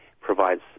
provides